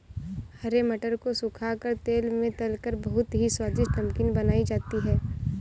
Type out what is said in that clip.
हरे मटर को सुखा कर तेल में तलकर बहुत ही स्वादिष्ट नमकीन बनाई जाती है